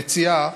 מציעה